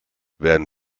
werden